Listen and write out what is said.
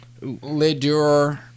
Lidur